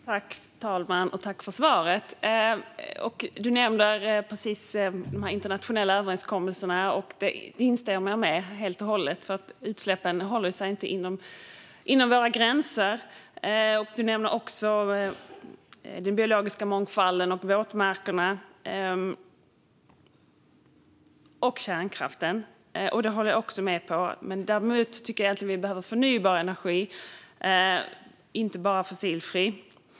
Herr talman! Tack för svaret! Du nämner de internationella överenskommelserna. Det instämmer jag med helt och hållet. Utsläppen håller sig inte inom våra gränser. Du nämner också den biologiska mångfalden, våtmarkerna och kärnkraften. Det håller jag också med om. Däremot tycker jag att vi behöver förnybar energi och inte bara fossilfri.